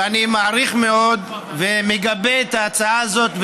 ואני מעריך מאוד ומגבה את ההצעה הזאת,